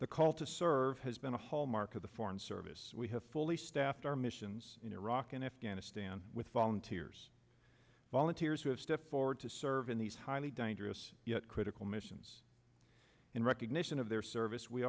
the call to serve has been a hallmark of the foreign service we have fully staffed our missions in iraq and afghanistan with volunteers volunteers who have stepped forward to serve in these highly dangerous yet critical missions in recognition of their service we